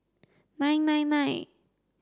nine nine nine